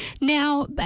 Now